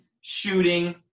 shooting